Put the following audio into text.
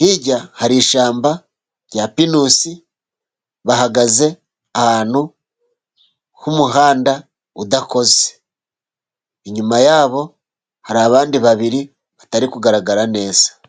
hirya hari ishyamba rya pinusi, bahagaze ahantu h'umuhanda udakoze. Inyuma yabo hari abandi babiri batari kugaragara neza.